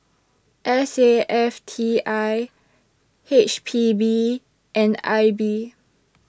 S A F T I H P B and I B